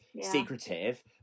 secretive